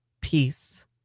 peace